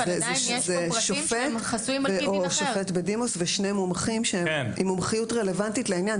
זה שופט או שופט בדימוס ושני מומחים שהם עם מומחיות רלוונטית לעניין.